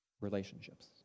relationships